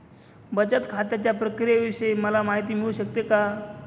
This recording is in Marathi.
बचत खात्याच्या प्रक्रियेविषयी मला माहिती मिळू शकते का?